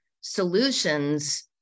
solutions